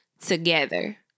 together